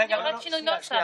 במקוון.